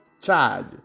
charge